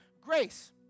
grace